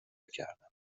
کردم